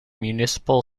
municipal